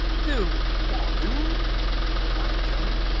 the warren cried john.